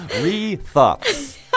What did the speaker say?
Re-thoughts